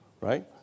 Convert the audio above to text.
Right